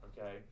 okay